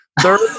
Third